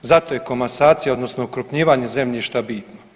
Zato je komasacija odnosno okrupnjivanje zemljišta bitno.